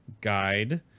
guide